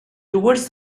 towards